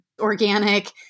organic